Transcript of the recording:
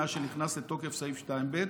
מאז נכנס לתוקף סעיף 2(ב),